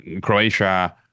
croatia